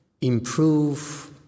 improve